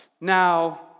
now